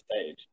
stage